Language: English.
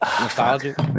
nostalgic